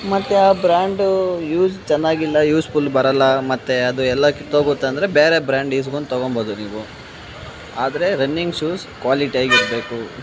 ಮತ್ತು ಆ brand use ಚೆನ್ನಾಗಿಲ್ಲ ಯೂಸ್ಫುಲ್ ಬರಲ್ಲ ಮತ್ತು ಅದು ಎಲ್ಲ ಕಿತ್ತೋಗುತ್ತೆ ಅಂದರೆ ಬೇರೆ ಬ್ರ್ಯಾಂಡ್ ಇಸ್ಕೊಂಡು ತೊಗೊಬೋದು ನೀವು ಆದರೆ ರನ್ನಿಂಗ್ ಶೂಸ್ ಕ್ವಾಲಿಟಿಯಾಗಿರಬೇಕು